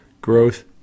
growth